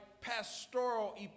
pastoral